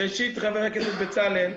ראשית, חבר הכנסת בצלאל,